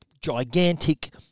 gigantic